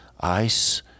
ice